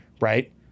right